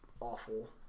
awful